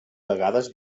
vegades